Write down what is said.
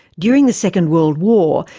during the second world war,